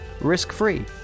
risk-free